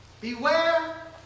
beware